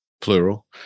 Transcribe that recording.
plural